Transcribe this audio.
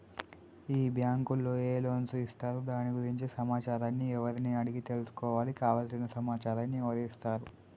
ఈ బ్యాంకులో ఏ లోన్స్ ఇస్తారు దాని గురించి సమాచారాన్ని ఎవరిని అడిగి తెలుసుకోవాలి? కావలసిన సమాచారాన్ని ఎవరిస్తారు?